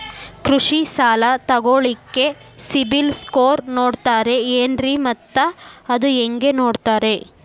ಕೃಷಿ ಸಾಲ ತಗೋಳಿಕ್ಕೆ ಸಿಬಿಲ್ ಸ್ಕೋರ್ ನೋಡ್ತಾರೆ ಏನ್ರಿ ಮತ್ತ ಅದು ಹೆಂಗೆ ನೋಡ್ತಾರೇ?